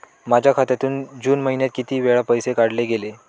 माझ्या खात्यातून जून महिन्यात किती वेळा पैसे काढले गेले?